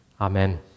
Amen